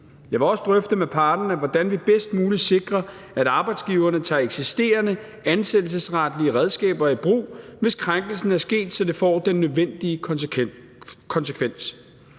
Jeg vil også drøfte med parterne, hvordan vi bedst muligt sikrer, at arbejdsgiverne tager eksisterende ansættelsesretlige redskaber i brug, hvis krænkelsen er sket, så det får den nødvendige konsekvens.